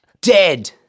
dead